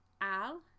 al